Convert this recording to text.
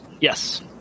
Yes